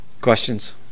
Questions